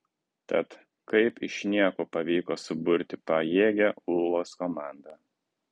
tad kaip iš nieko pavyko suburti pajėgią ūlos komandą